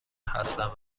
هستند